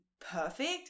perfect